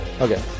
okay